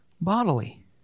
bodily